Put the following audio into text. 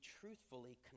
truthfully